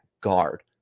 guard